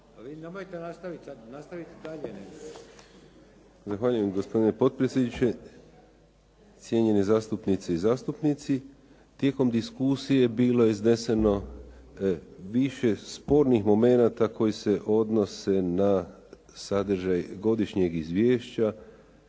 Izvolite. **Palić, Dean** Zahvaljujem gospodine potpredsjedniče, cijenjeni zastupnice i zastupnici. Tijekom diskusije bilo je izneseno više spornih momenata koji se odnose na sadržaj godišnjeg izvješća,